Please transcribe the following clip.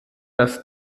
das